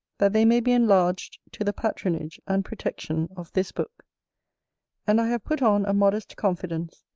that they may be enlarged to the patronage and protection of this book and i have put on a modest confidence,